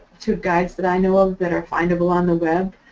two guides that i know of that are findable on the web